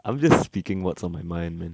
I'm just speaking what's on my mind man